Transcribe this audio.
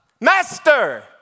Master